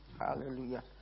hallelujah